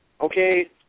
okay